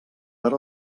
per